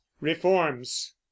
reforms